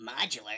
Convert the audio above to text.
Modular